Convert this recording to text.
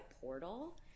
portal